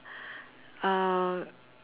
uh